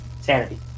Sanity